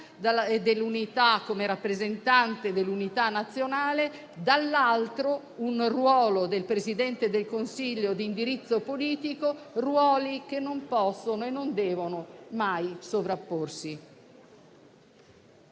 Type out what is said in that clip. dell'unità, come rappresentante dell'unità nazionale, dall'altro, il Presidente del Consiglio ha un ruolo di indirizzo politico. Tali ruoli non possono e non devono mai sovrapporsi.